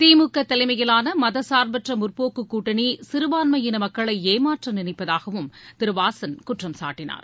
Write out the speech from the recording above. திமுக தலைமையிலான மதசார்பற்ற முற்போக்கு கூட்டணி சிறபான்மையின மக்களை ஏமாற்ற நினைப்பதாகவும் திரு வாசன் குற்றம் சாட்டினார்